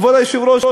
כבוד היושב-ראש,